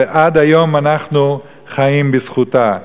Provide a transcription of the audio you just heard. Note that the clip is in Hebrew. ועד היום אנחנו חיים בזכותה.